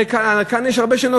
הרי יש כאן הרבה שנוסעים,